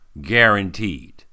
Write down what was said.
Guaranteed